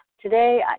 Today